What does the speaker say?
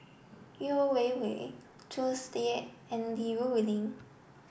Yeo Wei Wei Tsung Yeh and Li Rulin